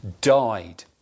died